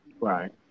Right